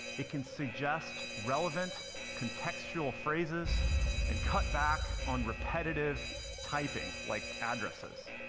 it can suggest relevant contextual phrases and cut back on repetitive typing like addresses.